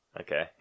Okay